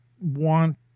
want